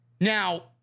Now